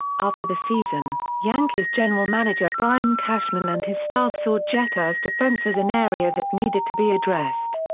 after the season, yankees general manager brian cashman and his staff saw jeter's defense as an area that needed to be addressed.